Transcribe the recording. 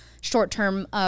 short-term